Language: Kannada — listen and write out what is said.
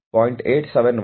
8719 0